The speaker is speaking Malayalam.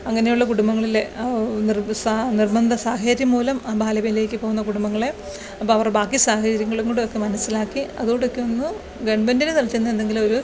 അങ്ങനെയുള്ള കുടുംബങ്ങളിൽ നിര്ബന്ധ സാഹചര്യം മൂലം ബാലവേലേയ്ക്ക് പോകുന്ന കുടുംബങ്ങളെ അപ്പം അവരുടെ ബാക്കി സാഹചര്യങ്ങളും കൂടെയൊക്കെ മനസ്സിലാക്കി അതുകൂടെയൊക്കെ ഒന്ന് ഗവണ്മെന്റിൻ്റെ തലത്തിൽനിന്ന് എന്തെങ്കിലും ഒരു